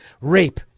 rape